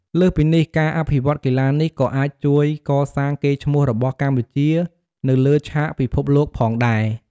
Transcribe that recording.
លើសពីនេះ ការអភិវឌ្ឍកីឡានេះក៏អាចជួយកសាងកេរ្តិ៍ឈ្មោះរបស់កម្ពុជានៅលើឆាកពិភពលោកផងដែរ។